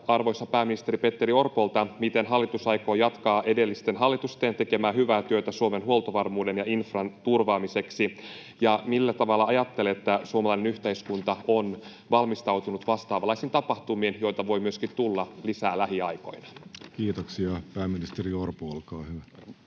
arvoisalta pääministeri Petteri Orpolta: Miten hallitus aikoo jatkaa edellisten hallitusten tekemää hyvää työtä Suomen huoltovarmuuden ja infran turvaamiseksi? Ja millä tavalla ajattelette, että suomalainen yhteiskunta on valmistautunut vastaavanlaisiin tapahtumiin, joita voi myöskin tulla lisää lähiaikoina? [Speech 739] Speaker: Jussi Halla-aho